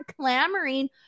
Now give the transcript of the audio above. clamoring